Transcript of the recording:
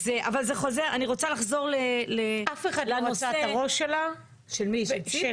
אף אחד לא רצה את הראש של קטי